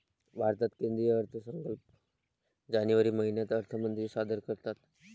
भारतात केंद्रीय अर्थसंकल्प जानेवारी महिन्यात अर्थमंत्री सादर करतात